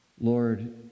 Lord